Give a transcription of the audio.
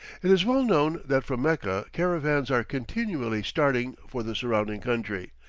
it is well known that from mecca, caravans are continually starting for the surrounding country,